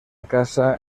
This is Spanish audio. casa